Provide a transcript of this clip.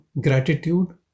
gratitude